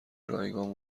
رایگان